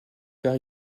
car